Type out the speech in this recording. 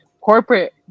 corporate